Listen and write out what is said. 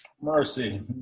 mercy